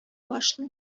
башлый